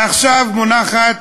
עכשיו מונחת